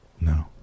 No